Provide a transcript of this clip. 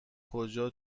کجا